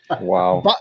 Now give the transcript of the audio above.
Wow